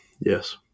yes